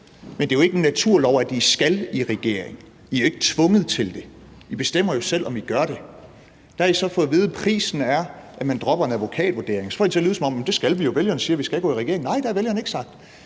Men det er jo ikke en naturlov, at I skal i regering. I er jo ikke tvunget til det. I bestemmer jo selv, om I gør det. Der har I så fået at vide, at prisen er, at man dropper en advokatvurdering. Og så får I det til at lyde, som om det skal I; at vælgerne siger, at I skal gå i regering. Nej, det har vælgerne ikke sagt.